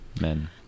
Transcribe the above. men